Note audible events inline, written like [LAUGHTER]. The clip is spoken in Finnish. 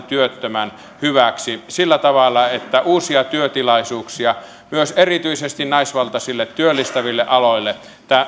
[UNINTELLIGIBLE] työttömän hyväksi sillä tavalla että uusia työtilaisuuksia myös erityisesti naisvaltaisille työllistäville aloille